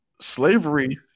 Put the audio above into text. slavery